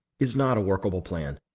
is not a workable plan.